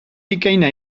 bikaina